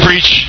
Preach